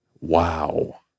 Wow